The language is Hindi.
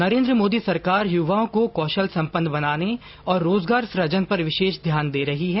नरेन्द्र मोदी सरकार युवाओं को कौशल सम्पन्न बनाने और रोजगार सृजन पर विशेष ध्यान दे रही है